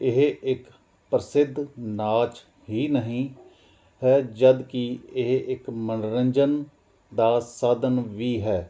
ਇਹ ਇੱਕ ਪ੍ਰਸਿੱਧ ਨਾਚ ਹੀ ਨਹੀਂ ਹੈ ਜਦੋਂ ਕਿ ਇਹ ਇਕ ਮਨੋਰੰਜਨ ਦਾ ਸਾਧਨ ਵੀ ਹੈ